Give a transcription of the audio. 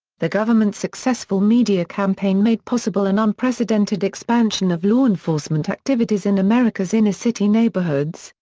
the government's successful media campaign made possible an unprecedented expansion of law enforcement activities in america's inner city neighborhoods,